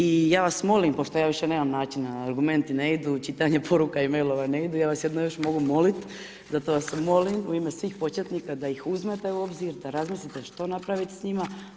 I ja vas molim pošto ja više nema načina, argumenti ne idu, čitanje poruka i mailova ne idu, ja vas jedino još mogu moliti, zato vas molim u ime svih početnika da ih uzmete u obzir, da razmislite što napraviti s njima.